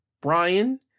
Brian